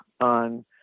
on